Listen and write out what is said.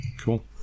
Cool